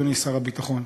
אדוני שר הביטחון,